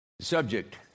Subject